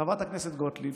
חברת הכנסת גוטליב,